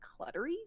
cluttery